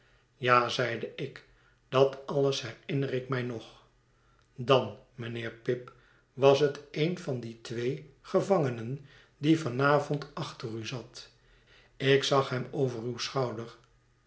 ja zeide ik dat alles herinner ik mij nog dan mijnheer pip was het een van die twee gevangenen die van avond achter u zat ik zag hem over uw schouder